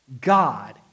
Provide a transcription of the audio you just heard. God